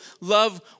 love